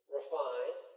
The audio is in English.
refined